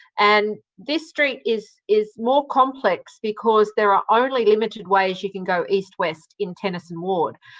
and this street is is more complex because there are only limited ways you can go east-west in tennyson ward.